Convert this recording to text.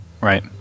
Right